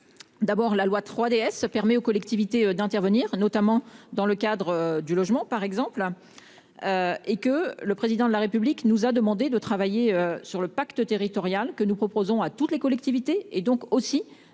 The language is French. D'abord la loi 3DS permet aux collectivités d'intervenir, notamment dans le cadre du logement par exemple. Et que le président de la République nous a demandé de travailler sur le pacte territorial que nous proposons à toutes les collectivités et donc aussi.